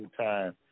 time